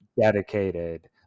dedicated